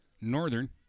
Northern